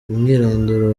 umwirondoro